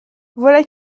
voilà